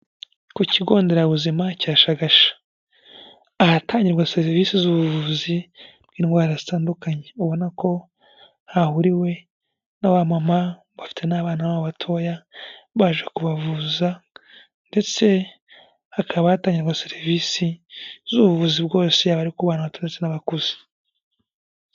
Ku kigonderabuzima cya shagasha, ahatangirwa serivisi z'ubuvuzi bw'indwara zitandukanye ubona ko hahuriwe naba mama bafiteta n'abana babo batoya, baje kubavuza ndetse hakaba hatangirwa serivisi z'ubuvuzi bwose yaba ari kubana bato n'abakuze.